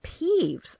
peeves